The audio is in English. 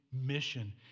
mission